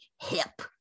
hip